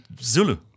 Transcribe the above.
Zulu